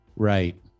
Right